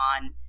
on